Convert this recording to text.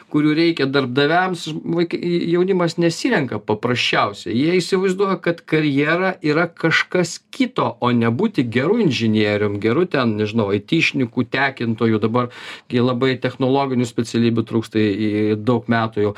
kurių reikia darbdaviams vaik jaunimas nesirenka paprasčiausiai jie įsivaizduoja kad karjera yra kažkas kito o ne būti geru inžinierium geru ten nežinau aityšniku tekintoju dabar gi labai technologinių specialybių trūksta ii daug metų jau